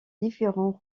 différents